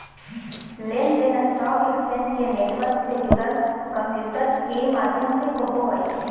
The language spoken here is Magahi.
लेन देन स्टॉक एक्सचेंज के नेटवर्क से जुड़ल कंम्प्यूटर के माध्यम से होबो हइ